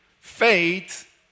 faith